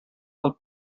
del